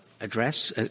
address